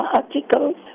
articles